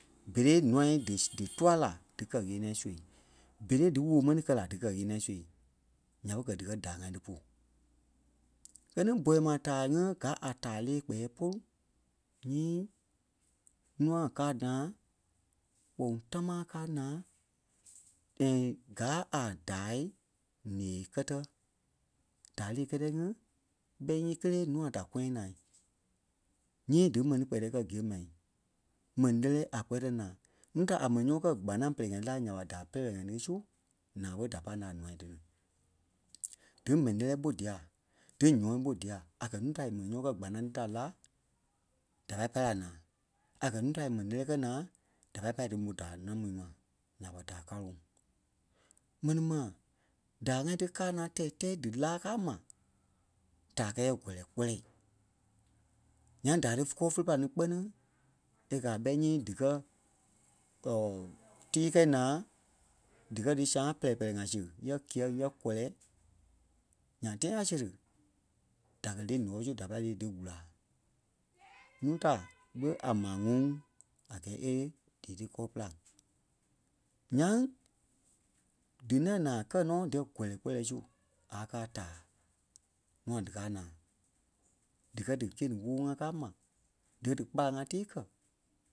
berei nûa dí- dí tua la dí kɛ-ɣeniɛi su. Berei dí wòo mɛni kɛ́ la dí kɛ-ɣeniɛi su, nya ɓé gɛ̀ dikɛ daai ŋai ti pu. Gɛ ni boi-ma taa ŋí gaa a taa lée kpɛɛ pôlu nyii nua káa naa kpɔŋ tamaa káa naa and gaa a daâi ǹee kɛtɛ. Daai lee kɛ́tɛ ŋí ɓɛi nyii kélee nuai da kɔyaŋ naa nyii dí mɛni kpɛtɛ kɛ̀ gîe mai, mɛni lɛ́lɛɛ a kpɛtɛ naa. Nuu da mɛni nyɔmɔɔ kɛ́ kpanaŋ pɛlɛɛ-ŋai la nya ɓa daai pɛlɛ-pɛlɛɛ-ŋai ti su, naa ɓé da pá naa a nûa ti. Dí mɛnii lɛ́lɛɛ ɓó dia dí nyɔŋ ɓó dia a kɛ̀ nuu da e mɛni nyɔmɔɔ kɛ̀ kpanaŋ ti ta la da pai pâi la naa, a kɛ̀ nuu da é mɛni lɛlɛɛ kɛ̀ naa da pai pâi di mò daai namu mai, nya ɓa daai kaloŋ. Mɛni ma, daai ŋai ti káa naa tɛi-tɛ́i dí láa kaa ma daai kɛɛ yɛɛ kɔlɛ-kɔ́lɛ. Nyaŋ daai ti kɔɔ fe pilani kpɛ́ni e kɛ̀ a ɓɛi nyii dikɛ or tii kɛ̂i naa dikɛ dí sãa pɛpɛlɛɛ ŋai si yɛɛ kîyɛŋ yɛɛ kɔlɛ. Nyaŋ tãi a séri da kɛ̀ lii nɔɔi su dí pâi lii di gula. nuu da ɓé a maa ŋuŋ a gɛɛ é díi ti kɔɔ pîlaŋ. Ńyaŋ dí ŋaŋ naa kɛ́ nɔ díyɛɛ kɔlɛ-kɔ́lɛ su a káa a taa, nûa dikaa naa. Dikɛ dí gîe ni woo ŋaa kaa ma, di dí kpalaŋ-ŋai tii kɛ̀